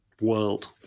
world